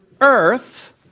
earth